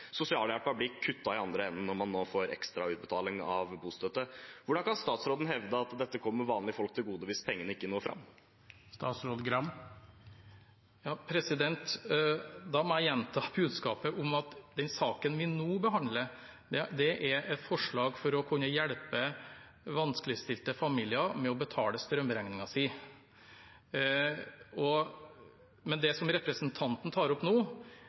ekstra utbetaling av bostøtte. Hvordan kan statsråden hevde at dette kommer vanlige folk til gode, hvis pengene ikke når fram? Da må jeg gjenta budskapet om at den saken vi nå behandler, er et forslag for å kunne hjelpe vanskeligstilte familier med å betale strømregningen sin, mens det representanten tar opp nå,